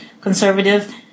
conservative